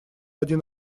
один